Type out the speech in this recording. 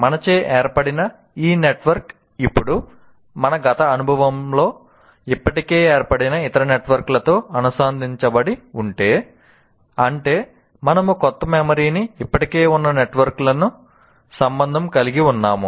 మనచే ఏర్పడిన ఈ నెట్వర్క్ ఇప్పుడు మన గత అనుభవంలో ఇప్పటికే ఏర్పడిన ఇతర నెట్వర్క్లతో అనుసంధానించబడి ఉంటే అంటే మనము క్రొత్త మెమరీని ఇప్పటికే ఉన్న నెట్వర్క్ లకు సంబంధం కలిగి ఉన్నాము